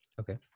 Okay